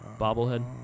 bobblehead